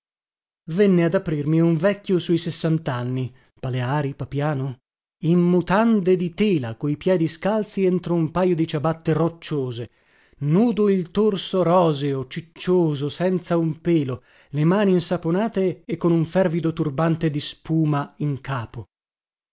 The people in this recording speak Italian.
venne ad aprirmi un vecchio su i sessantanni paleari papiano in mutande di tela coi piedi scalzi entro un pajo di ciabatte rocciose nudo il torso roseo ciccioso senza un pelo le mani insaponate e con un fervido turbante di spuma in capo